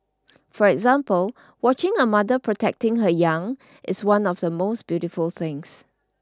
for example watching a mother protecting her young is one of the most beautiful things